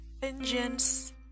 vengeance